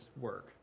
work